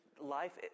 life